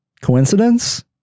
coincidence